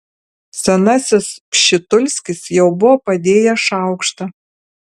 senasis pšitulskis jau buvo padėjęs šaukštą